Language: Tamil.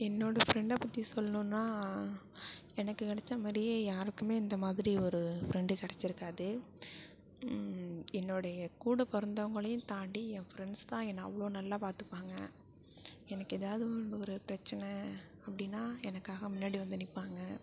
என்னோட ஃப்ரெண்டை பற்றி சொல்லணுன்னா எனக்கு கிடைச்ச மாதிரியே யாருக்குமே இந்த மாதிரி ஒரு ஃப்ரெண்டு கிடைச்சிருக்காது என்னுடைய கூட பிறந்தவங்களையும் தாண்டி என் ஃப்ரெண்ட்ஸ் தான் என்ன அவ்வளோ நல்லா பார்த்துப்பாங்க எனக்கு எதாவது ஒன்று ஒரு பிரச்சனை அப்படின்னா எனக்காக முன்னாடி வந்து நிற்பாங்க